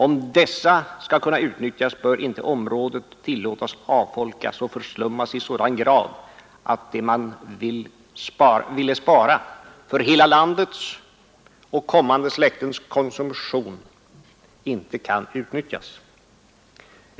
Om dessa skall kunna utnyttjas, bör inte området tillåtas att avfolkas och förslummas i sådan grad att det man ville spara för hela landets och kommande släktens konsumtion inte kan utnyttjas.